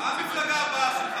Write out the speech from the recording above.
מה המפלגה הבאה שלך?